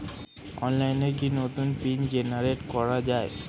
অনলাইনে কি নতুন পিন জেনারেট করা যায়?